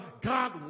God